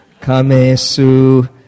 Kamesu